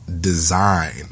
design